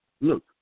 look